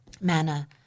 Manna